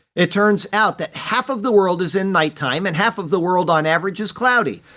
it turns out that half of the world is in nighttime, and half of the world, on average, is cloudy.